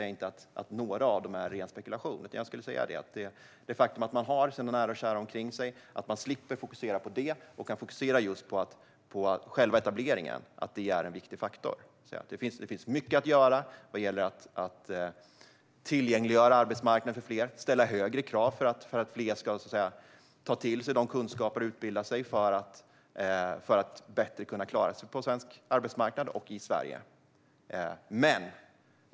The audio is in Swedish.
Att ha sina nära och kära omkring sig och slippa fokusera på det och kunna fokusera på själva etableringen är en viktig faktor. Det finns mycket att göra vad gäller att tillgängliggöra arbetsmarknaden för fler. Det måste ställas högre krav på att fler ska ta till sig kunskap och utbildning för att klara sig bättre på svensk arbetsmarknad och i Sverige.